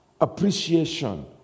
appreciation